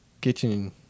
kitchen